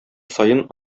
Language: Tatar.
саен